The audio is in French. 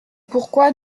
pourquoi